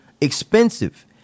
expensive